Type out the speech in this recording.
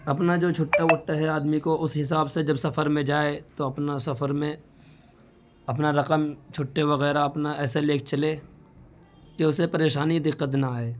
اپنا جو چھٹّا وٹّا ہے آدمی کو اس حساب سے جب سفر میں جائے تو اپنا سفر میں اپنا رقم چھٹّّے وغیرہ اپنا ایسے لے کے چلے کہ اسے پریشانی دِقّت نہ آئے